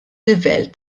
livell